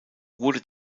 wurde